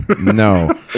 No